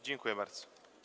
Dziękuję bardzo.